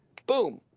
boom.